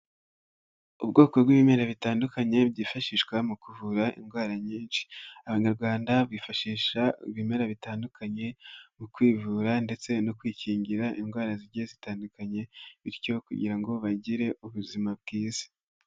Ubwoko bw'ibimera bitandukanye byifashishwa mu kuvura indwara nyinshi abanyarwanda bifashisha ibimera bitandukanye mu kwivura ndetse no kwikingira indwara zigiye zitandukanye bityo kugira ngo bagire ubuzima bwiza.